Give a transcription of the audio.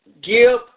give